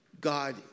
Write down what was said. God